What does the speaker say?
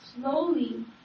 slowly